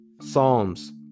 Psalms